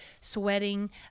sweating